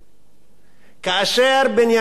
כאשר בנימין נתניהו